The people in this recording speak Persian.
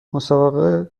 مسابقه